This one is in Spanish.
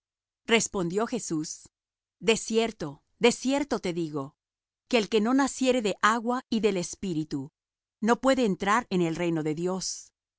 respondió jesús de cierto de cierto te digo que el que no naciere de agua y del espíritu no puede entrar en el reino de dios